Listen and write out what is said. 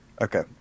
Okay